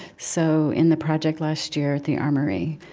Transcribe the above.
so, in the project last year at the armory,